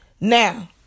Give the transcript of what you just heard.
Now